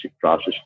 process